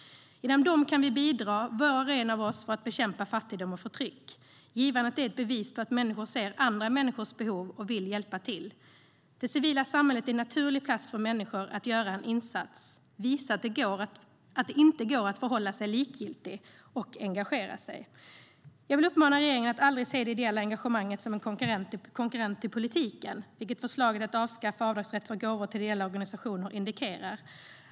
Genom dem kan vi bidra, var och en av oss, för att bekämpa fattigdom och förtryck. Givandet är ett bevis på att människor ser andra människors behov och vill hjälpa till. Det civila samhället är en naturlig plats för människor att göra en insats, visa att det inte går att förhålla sig likgiltig och engagera sig. Jag vill uppmana regeringen att aldrig se det ideella engagemanget som en konkurrent till politiken, vilket förslaget att avskaffa avdragsrätten för gåvor till ideella organisationer indikerar.